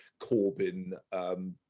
Corbyn